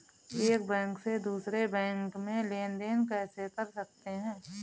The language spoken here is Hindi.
एक बैंक से दूसरे बैंक में लेनदेन कैसे कर सकते हैं?